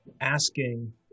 asking